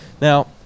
now